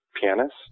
pianist